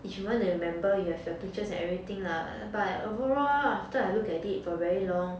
if you want to remember you have your pictures and everything lah but overall after I look at it for very long